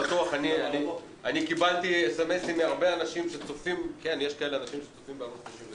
אני קיבלתי מסרונים מהרבה אנשים שצופים בערוץ 99